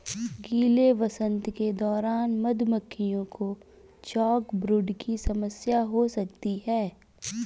गीले वसंत के दौरान मधुमक्खियों को चॉकब्रूड की समस्या हो सकती है